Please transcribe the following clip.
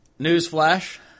Newsflash